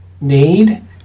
need